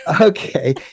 Okay